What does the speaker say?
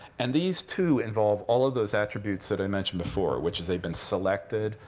and these, too, involve all of those attributes that i mentioned before, which is they've been selected.